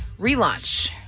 relaunch